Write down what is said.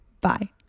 Bye